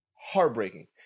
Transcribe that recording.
Heartbreaking